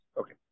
okay